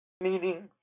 Meaning